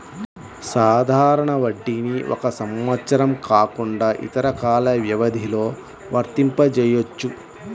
సాధారణ వడ్డీని ఒక సంవత్సరం కాకుండా ఇతర కాల వ్యవధిలో వర్తింపజెయ్యొచ్చు